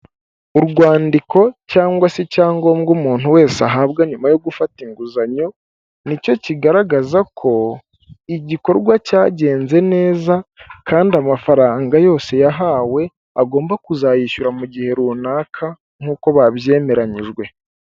Urwandiko cyangwa se icyangombwa umuntu wese ahabwa nyuma yo gufata inguzanyo, nicyo kigaragaza ko igikorwa cyagenze neza, kandi amafaranga yose yahawe agomba kuzayishyura mu gihe runaka, nkuko babyemeranyijwe.